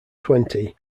twenty